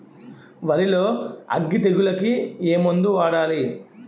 వరిలో అగ్గి తెగులకి ఏ మందు వాడాలి?